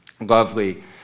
Lovely